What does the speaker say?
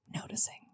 noticing